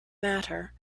matter